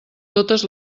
totes